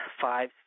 five